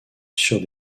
sur